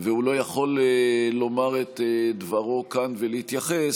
והוא לא יכול לומר את דברו כאן ולהתייחס,